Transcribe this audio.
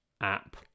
app